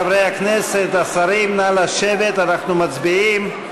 חברי הכנסת, השרים, נא לשבת, אנחנו מצביעים.